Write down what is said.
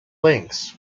links